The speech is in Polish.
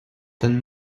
ten